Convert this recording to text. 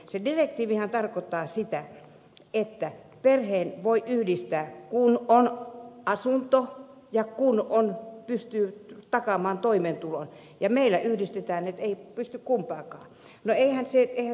se direktiivihän tarkoittaa sitä että perheen voi yhdistää kun on asunto ja kun pystyy takaamaan toimeentulon ja meillä yhdistetään vaikka ei pysty täyttämään kumpaakaan ehtoa